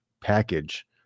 package